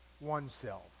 oneself